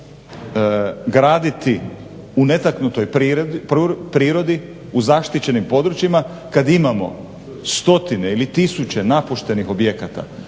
graditi u netaknutoj prirodi, u zaštićenim područjima kad imamo stotine ili tisuće napuštenih objekata